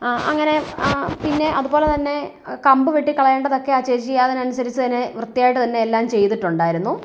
ആ അങ്ങനെ ആ പിന്നെ അതുപോലെ തന്നെ കമ്പ് വെട്ടി കളയേണ്ടതൊക്കെ ആ ചേച്ചി അതിനനുസരിച്ച് തന്നെ വൃത്തിയായിട്ട് തന്നെ എല്ലാം ചെയ്തിട്ടുണ്ടായിരുന്നു